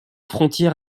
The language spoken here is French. frontière